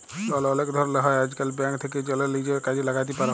লল অলেক ধরলের হ্যয় আইজকাল, ব্যাংক থ্যাকে জ্যালে লিজের কাজে ল্যাগাতে পার